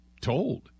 told